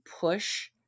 push